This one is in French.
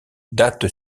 date